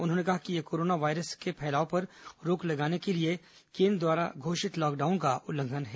उन्होंने कहा कि यह कोरोना वायरस के फैलाव पर रोक लगाने के लिए केन्द्र सरकार द्वारा घोषित लॉकडाउन का उल्लंघन है